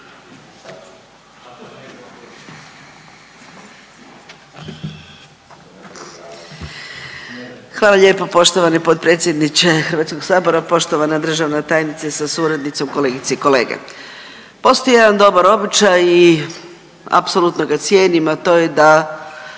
Hvala lijepo poštovani potpredsjedniče Hrvatskog sabora, poštovana državna tajnice sa suradnicom, kolegice i kolege. Postoji jedan dobar običaj i apsolutno ga cijenim, a to je da